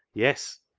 yes!